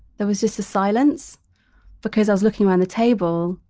there was just a silence because i was looking around the table,